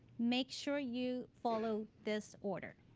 make sure you follow this order.